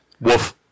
woof